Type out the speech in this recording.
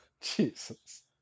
Jesus